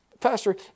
Pastor